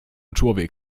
człowiek